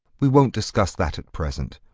we won't discuss that at present.